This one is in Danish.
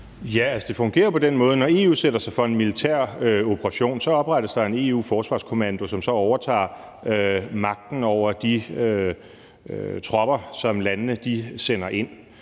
Det fungerer jo på den måde, at når EU sætter sig for en militær operation, så oprettes der en EU-forsvarskommando, som så overtager magten over de tropper, som landene sender ind.